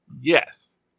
Yes